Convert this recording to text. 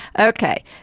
Okay